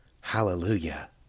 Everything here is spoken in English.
Hallelujah